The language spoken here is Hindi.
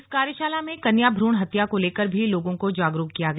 इस कार्यशाला में कन्या भ्रूण हत्या को लेकर भी लोगों को जागरूक किया गया